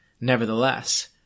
Nevertheless